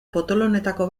potoloenetako